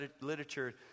literature